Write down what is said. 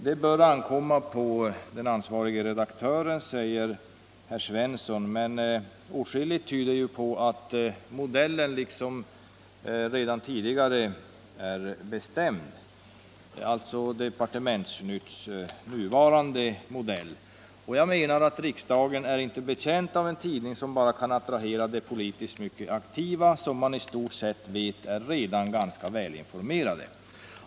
Det bör ankomma på den ansvarige utgivaren, redaktören, säger herr Svensson i Eskilstuna, men åtskilligt tyder på att modellen redan tidigare är bestämd — alltså Departementsnytts nuvarande modell. Jag menar att riksdagen inte är betjänt av en tidning som bara kan attrahera de politiskt mycket aktiva, som i stort sett redan är — det vet man — ganska väl informerade.